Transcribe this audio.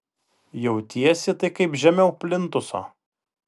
jautiesi tai kaip žemiau plintuso